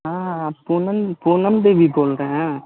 हाँ हाँ हाँ पूनम पूनम देवी बोल रही हैं